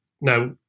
now